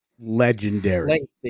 legendary